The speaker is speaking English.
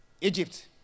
Egypt